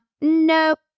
nope